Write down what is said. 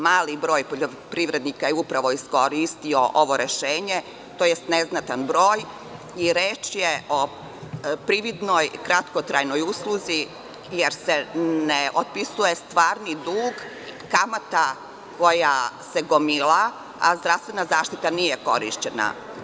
Mali broj poljoprivrednika je upravo iskoristio ovo rešenje, tj. neznatan broj i reč je o prividnoj kratkotrajnoj usluzi, jer se ne otpisuje stvarni dug, kamata koja se gomila, a zdravstvena zaštita nije korišćena.